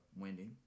windy